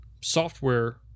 software